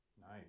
Nice